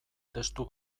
testu